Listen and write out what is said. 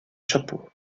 chapeau